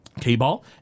K-Ball